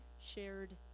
shared